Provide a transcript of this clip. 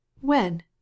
When